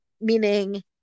meaning